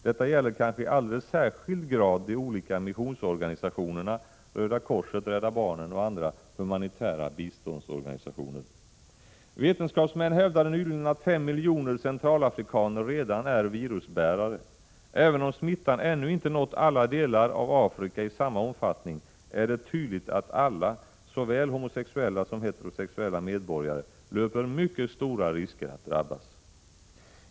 Detta gäller kanske i alldeles särskild grad de olika missionsorganisationerna, Röda korset, Rädda barnen och andra humanitära biståndsorganisationer. Vetenskapsmän hävdade nyligen att fem miljoner centralafrikaner redan är virusbärare. Även om smittan ännu inte nått alla delar av Afrika i samma omfattning, är det tydligt att alla, såväl homosexuella som heterosexuella medborgare, löper mycket stora risker att drabbas.